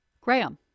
Graham